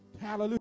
Hallelujah